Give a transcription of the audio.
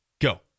go